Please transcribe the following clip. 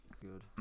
good